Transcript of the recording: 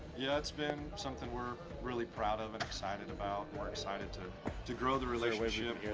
yeah, it's been something we're really proud of and excited about, we're excited to to grow the relationship.